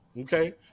Okay